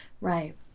Right